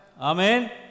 Amen